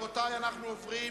אנחנו עוברים